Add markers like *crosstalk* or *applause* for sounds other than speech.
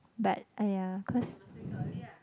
but !aiya! cause *breath*